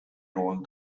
rolled